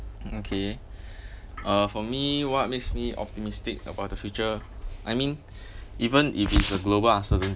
okay uh for me what makes me optimistic about the future I mean even if it's a global uncertainty